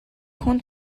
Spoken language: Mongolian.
хүнд